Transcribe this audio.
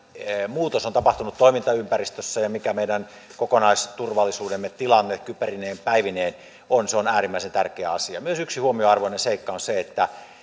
muutos on tapahtunut toimintaympäristössä ja mikä meidän kokonaisturvallisuutemme tilanne kyberineen päivineen on se on äärimmäisen tärkeä asia myös yksi huomionarvoinen seikka on se että